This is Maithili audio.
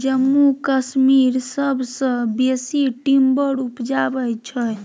जम्मू कश्मीर सबसँ बेसी टिंबर उपजाबै छै